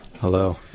Hello